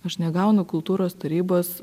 aš negaunu kultūros tarybos